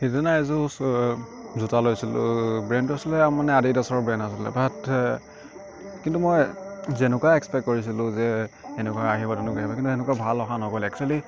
সেইদিনা এযোৰ জোতা লৈছিলোঁ ব্ৰেণ্ডটো আছিলে মানে আডিদাসৰ ব্ৰণ্ড আছিলে বাত কিন্তু মই যেনেকুৱা এক্সপেক্ট কৰিছিলোঁ যে এনেকুৱা আহিব তেনেকুৱা আহিব তেনেকুৱা ভাল অহা নগ'লে এক্সুৱেলি